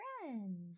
friends